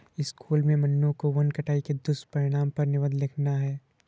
school में मन्नू को वन कटाई के दुष्परिणाम पर निबंध लिखना है